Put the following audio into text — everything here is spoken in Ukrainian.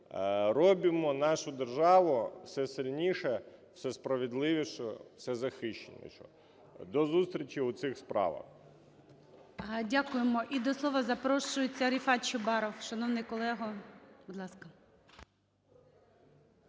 Робімо нашу державу все сильнішою, все справедливішою, все захищенішою. До зустрічі у цих справах! ГОЛОВУЮЧИЙ. Дякуємо. І до слова запрошується Рефат Чубаров. Шановний колего, будь ласка.